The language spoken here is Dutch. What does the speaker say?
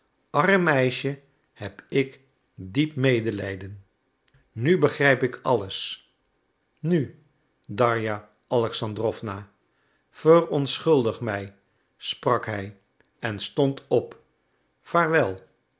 arm meisje heb ik diep medelijden nu begrijp ik alles nu darja alexandrowna verontschuldig mij sprak hij en stond op vaarwel